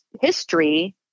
history